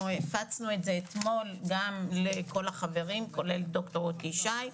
אנחנו הפצנו את זה אתמול גם לכל החברים כולל ד"ר רותי ישי,